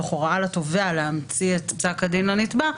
תוך הוראה לתובע להמציא את פסק הדין לנתבע,